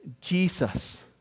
Jesus